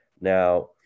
Now